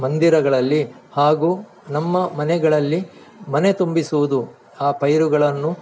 ಮಂದಿರಗಳಲ್ಲಿ ಹಾಗೂ ನಮ್ಮ ಮನೆಗಳಲ್ಲಿ ಮನೆ ತುಂಬಿಸುವುದು ಆ ಪೈರುಗಳನ್ನು